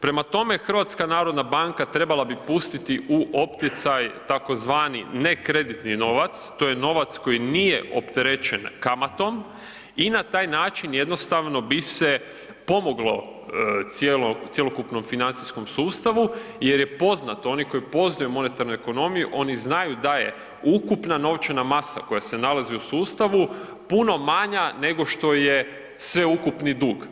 Prema tome, HNB trebala bi pustiti u opticaj tzv. ne kreditni novac, to je novac koji nije opterećen kamatom i na taj način jednostavno bi se pomoglo cjelokupnom financijskom sustavu jer je poznato oni koji poznaju monetarnu ekonomiju, oni znaju da je ukupna novčana masa koja se nalazi u sustavu puno manja nego što je sveukupni dug.